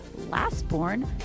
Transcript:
lastborn